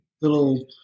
little